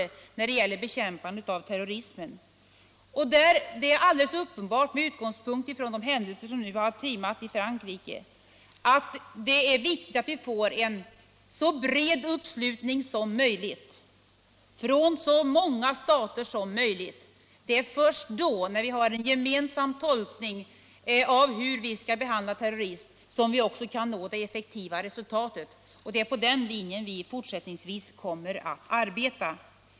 Med utgångspunkt i de händelser som nu har timat i Frankrike är det alldeles uppenbart att det är viktigt att den konventionen får en så bred uppslutning som möjligt från så många stater som möjligt. Först när vi har en gemensam uppfattning om hur vi skall bemöta terrorism kan vi nå det effektiva resultatet. Det är på den linjen vi fortsättningsvis kommer att arbeta.